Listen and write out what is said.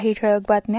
काही ठळ्क बातम्या